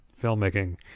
filmmaking